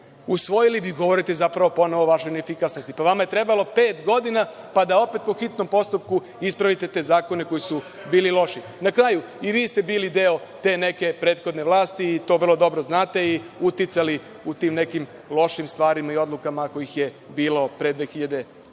usvojili, vi govorite zapravo ponovo o vašoj efikasnosti. Pa, vama je trebalo pet godina da opet po hitno postupku ispravite te zakone koji su bili loši. Na kraju, i vi ste bili deo te neke prethodne vlasti, to vrlo dobro znate, i uticali u tim nekim lošim stvarima i odlukama, ako ih je bilo pre 2012.